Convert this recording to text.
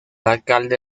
alcalde